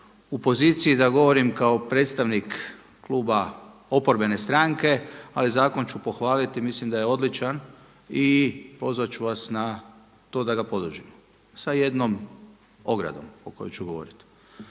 u poziciji da govorim kao predstavnik kluba oporbene stranke ali zakon ću pohvaliti, mislim da je odličan i pozvati ću vas na to da ga podržimo sa jednom ogradom o kojoj ću govoriti.